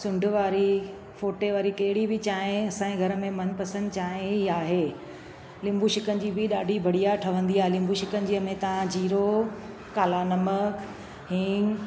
सुंड वारी फोते वारी कहिड़ी बि चांहि असांए घर में मनपसंदि चांहि ई आहे निंबू शिकंजी बि ॾाढी बढ़िया ठहंदी आहे निंबू शिकंजीअ में तव्हां जीरो काला नमक हिंग